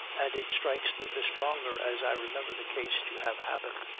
and it strikes me the stronger as i remember the case to have happened,